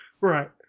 Right